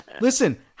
Listen